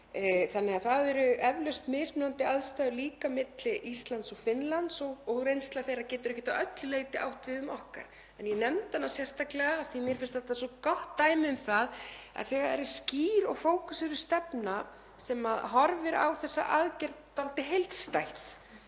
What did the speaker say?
við það. Það eru eflaust mismunandi aðstæður líka milli Íslands og Finnlands og reynsla þeirra getur ekkert að öllu leyti átt við um okkar en ég nefndi hana sérstaklega af því að mér finnst þetta svo gott dæmi um að þegar það er skýr og fókuseruð stefna sem horfir á þessa aðgerð dálítið heildstætt